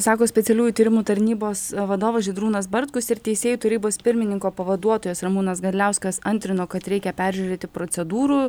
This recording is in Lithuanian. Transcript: sako specialiųjų tyrimų tarnybos vadovas žydrūnas bartkus ir teisėjų tarybos pirmininko pavaduotojas ramūnas gadliauskas antrino kad reikia peržiūrėti procedūrų